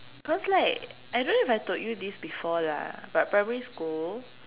cause like I don't know if I told you this before lah but primary school